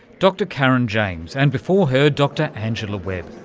dr karin james and before her, dr angela webb,